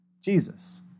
Jesus